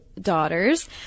daughters